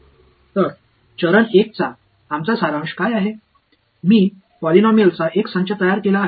எனவே படி 1 இன் சுருக்கம் என்னவென்றால் ஆர்த்தோகனல்களின் தொகுப்பை நான் உருவாக்கியுள்ளேன் அவை பாலினாமியல் ஆக இருக்கின்றன